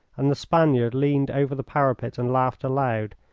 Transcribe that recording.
and the spaniard leaned over the parapet and laughed aloud,